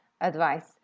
advice